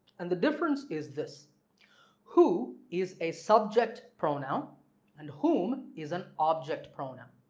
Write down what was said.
and the difference is this who is a subject pronoun and whom is an object pronoun.